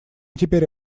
теперь